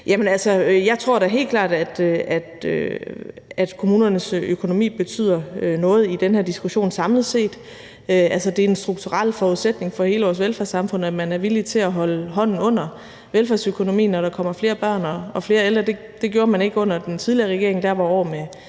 jeg tror da helt klart, at kommunernes økonomi betyder noget i den her diskussion samlet set. Det er en strukturel forudsætning for hele vores velfærdssamfund, at man er villig til at holde hånden under velfærdsøkonomien, når der kommer flere børn og flere ældre. Det gjorde man ikke under den tidligere regering. Der var år med